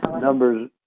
numbers